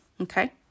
okay